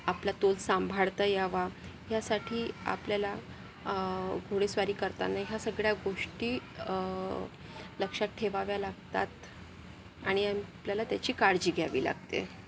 आपला तोल सांभाळता यावा यासाठी आपल्याला घोडेस्वारी करताना ह्या सगळ्या गोष्टी लक्षात ठेवाव्या लागतात आणि आपल्याला त्याची काळजी घ्यावी लागते